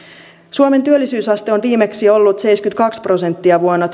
suomen työllisyysaste on viimeksi ollut seitsemänkymmentäkaksi prosenttia vuonna